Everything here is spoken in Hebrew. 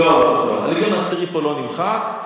לא, הלגיון העשירי פה לא נמחק.